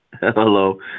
Hello